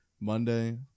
Monday